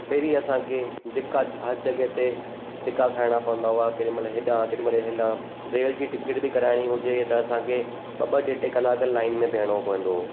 पहिरीं असांखे दिक़त हर जॻहि ते धिका खाइणा पवंदा हुआ केॾीमहिल हेॾांहं केॾीमहिल हिलां रेल जी टिकट बि कराइणी हुजे त असांखे ॿ ॿ टे टे कलाकु लाइन में बीहणो पवंदो हुओ